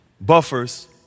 buffers